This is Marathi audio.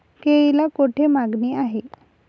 केळीला कोठे मागणी आहे?